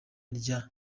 rya